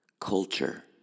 culture